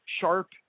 sharp